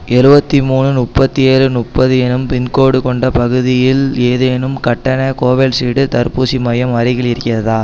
எழுபத்தி மூணு முப்பத்தியேழு முப்பது எனும் பின்கோடு கொண்ட பகுதியில் ஏதேனும் கட்டண கோவிஷீல்டு தடுப்பூசி மையம் அருகில் இருக்கிறதா